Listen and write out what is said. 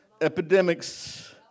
Epidemics